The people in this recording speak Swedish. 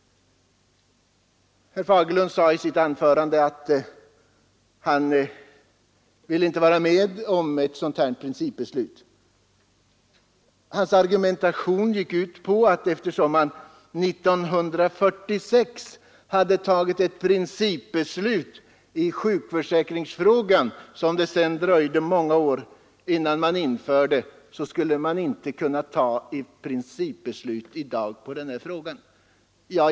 Herr Fagerlund sade i sitt anförande att han inte vill vara med om ett sådant principbeslut. Hans argumentation gick ut på att eftersom man 1946 hade tagit ett principbeslut i sjukförsäkringsfrågan, som det sedan dröjde många år innan den blev genomförd, så bör man inte ta ett principbeslut i dag i den här frågan.